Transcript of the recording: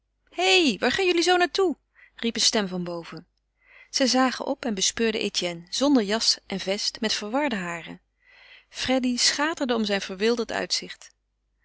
waar gaan jullie zoo naar toe riep een stem van boven zij zagen op en bespeurden etienne zonder jas en vest met verwarde haren freddy schaterde om zijn verwilderd uitzicht